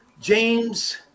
James